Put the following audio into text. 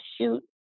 shoot